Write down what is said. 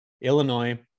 Illinois